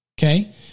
okay